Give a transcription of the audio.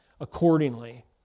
accordingly